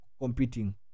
competing